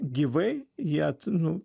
gyvai jie nu